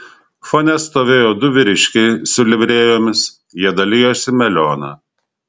fone stovėjo du vyriškiai su livrėjomis jie dalijosi melioną